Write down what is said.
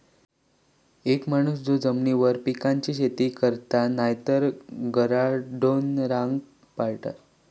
एक माणूस जो जमिनीवर पिकांची शेती करता नायतर गुराढोरांका पाळता